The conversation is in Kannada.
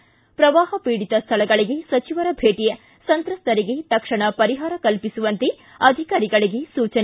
್ರಾ ಪ್ರವಾಹ ಪೀಡಿತ ಸ್ಥಳಗಳಗೆ ಸಚಿವರ ಭೇಟ ಸಂತ್ರಸ್ತರಿಗೆ ತಕ್ಷಣ ಪರಿಹಾರ ಕಲ್ಪಿಸುವಂತೆ ಅಧಿಕಾರಿಗಳಗೆ ಸೂಚನೆ